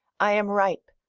i am ripe.